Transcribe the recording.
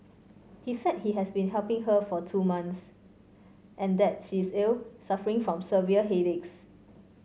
he said he has been helping her for two months and that she is ill suffering from severe headaches